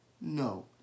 No